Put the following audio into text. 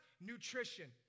Nutrition